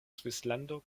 svislando